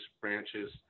branches